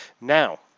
Now